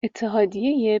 اتحادیه